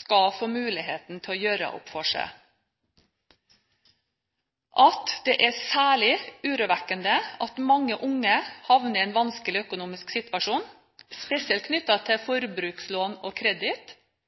skal få muligheten til å gjøre opp for seg, og at det er særlig urovekkende at mange unge havner i en vanskelig økonomisk situasjon, spesielt knyttet til forbrukslån og kreditt.